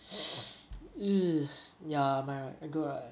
!eww! ya my right my god right